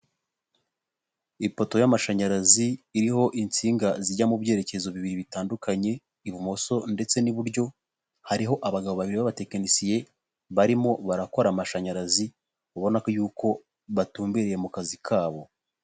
Ipoto y'amashanyarazi iriho insinga zijya mu byerekezo bibiri bitandukanye, ibumoso ndetse n'iburyo hariho abagabo babiri b'abatekinisiye barimo barakora amashanyarazi ubona ko yuko batumbiriye mu kazi kabo.